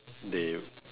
they